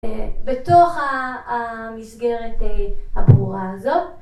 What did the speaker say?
בתוך המסגרת הברורה הזאת